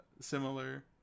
similar